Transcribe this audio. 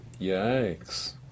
Yikes